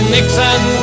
Nixon